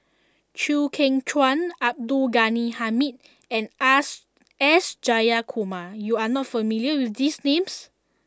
Chew Kheng Chuan Abdul Ghani Hamid and us S Jayakumar you are not familiar with these names